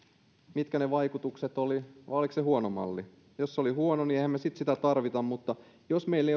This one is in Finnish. mitkä ne vaikutukset olivat vai oliko se huono malli jos se oli huono niin emmehän me sitten sitä tarvitse mutta jos meillä